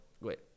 Wait